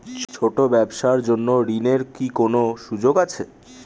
ছোট ব্যবসার জন্য ঋণ এর কি কোন সুযোগ আছে?